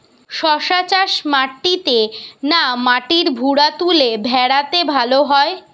শশা চাষ মাটিতে না মাটির ভুরাতুলে ভেরাতে ভালো হয়?